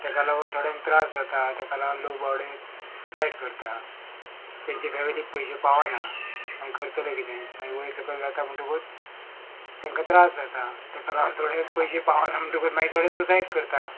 तेका लागून थोड्यांक त्रास जाता तेका लागून लोक बाबडे सुसायड करता तेंचे फॅमिलीक पयशे पावना मागीर करतले कितें मागीर वयर सकयल जाता म्हणटकूत तेंका त्रास जाता तेका लागोन थोडे पयशे पावना म्हणटकूत मागीर थोडे सुसायड करता